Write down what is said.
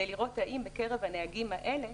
כדי לראות האם בקרב הנהגים האלה